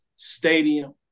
Stadium